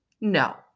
no